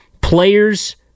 players